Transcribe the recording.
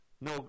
no